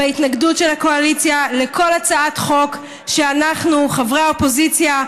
בהתנגדות של הקואליציה לכל הצעת חוק שאנחנו חברי